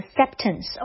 acceptance